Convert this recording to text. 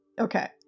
Okay